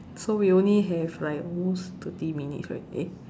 so we only have like almost thirty minutes right eh